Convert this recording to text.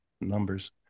numbers